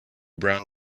brown